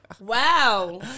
Wow